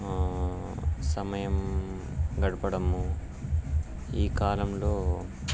సమయం గడపడము ఈ కాలంలో